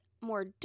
more